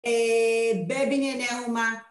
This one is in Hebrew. ‫א.. בבנייני האומה.